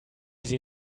sie